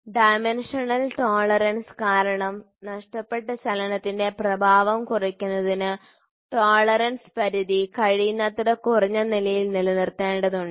dimensional tolerance കാരണം നഷ്ടപ്പെട്ട ചലനത്തിന്റെ പ്രഭാവം കുറയ്ക്കുന്നതിന് ടോളറൻസ് പരിധി കഴിയുന്നത്ര കുറഞ്ഞ നിലയിൽ നിലനിർത്തേണ്ടതുണ്ട്